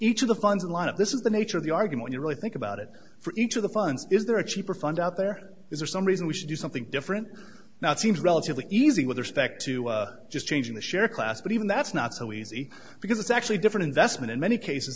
each of the funds a lot of this is the nature of the argument you really think about it for each of the funds is there a cheaper fund out there is there some reason we should do something different now it seems relatively easy with respect to just changing the share class but even that's not so easy because it's actually different investment in many cases